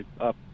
up